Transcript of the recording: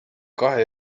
kahe